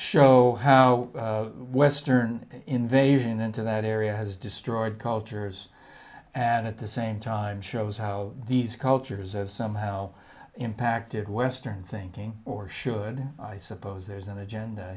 show how western invasion into that area has destroyed cultures and at the same time shows how these cultures have somehow impacted western thinking or should i suppose there's an agenda